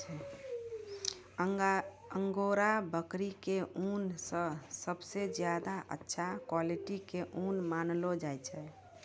angora बकरी के ऊन कॅ सबसॅ ज्यादा अच्छा क्वालिटी के ऊन मानलो जाय छै